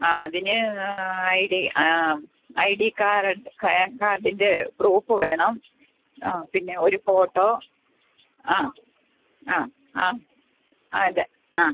ആ അതിന് I D ആ ഐ ഡി കാർഡ് കാർഡിൻ്റെ പ്രൂഫ് വേണം ആ പിന്നെ ഒരു ഫോട്ടോ ആ ആ ആ അതെ ആ